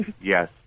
Yes